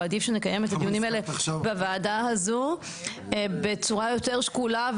ועדיף שנקיים את הדיונים האלה בוועדה הזו בצורה יותר שקולה,